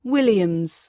Williams